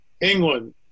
England